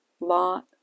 lot